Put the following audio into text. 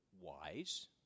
wise